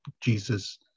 Jesus